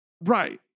right